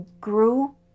grew